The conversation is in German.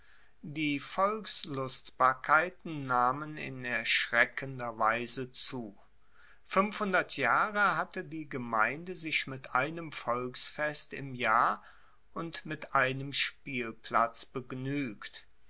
die volkslustbarkeiten nahmen in erschreckender weise zu fuenfhundert jahre hatte die gemeinde sich mit einem volksfest im jahr und mit einem spielplatz begnuegt